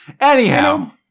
Anyhow